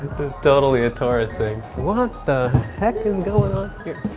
totally a tourist thing. what the heck is goin' on here?